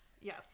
Yes